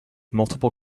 multiple